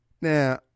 now